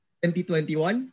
2021